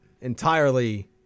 entirely